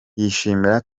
yishimira